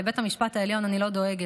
לבית המשפט העליון אני לא דואגת.